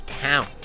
town